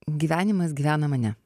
gyvenimas gyvena mane